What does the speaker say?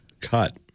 cut